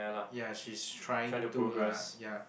ya she's trying to lah ya